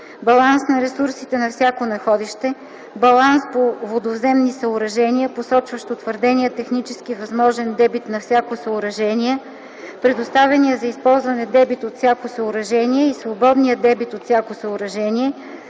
баланс на ресурсите на всяко находище; баланс по водовземни съоръжения, посочващ утвърдения технически възможен дебит на всяко съоръжение, предоставения за ползване дебит от всяко съоръжение и свободния дебит от всяко съоръжение,